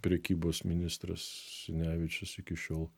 prekybos ministras sinevičius iki šiol